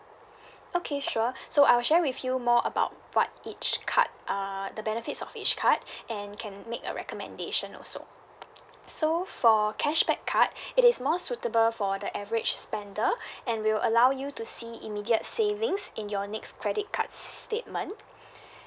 okay sure so I'll share with you more about what each card uh the benefits of each card and can make a recommendation also so for cashback card it is more suitable for the average spender and will allow you to see immediate savings in your next credit cards statement